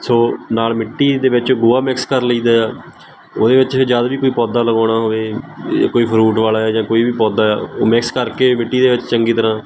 ਸੋ ਨਾਲ ਮਿੱਟੀ ਦੇ ਵਿੱਚ ਗੋਹਾ ਮਿਕਸ ਕਰ ਲਈਦਾ ਉਹਦੇ ਵਿੱਚ ਜਦ ਵੀ ਕੋਈ ਪੌਦਾ ਲਗਾਉਣਾ ਹੋਵੇ ਜਾਂ ਕੋਈ ਫਰੂਟ ਵਾਲਾ ਜਾਂ ਕੋਈ ਵੀ ਪੌਦਾ ਉਹ ਮਿਕਸ ਕਰਕੇ ਮਿੱਟੀ ਦੇ ਵਿੱਚ ਚੰਗੀ ਤਰ੍ਹਾਂ